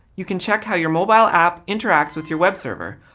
you can check how your mobile app interacts with your web server,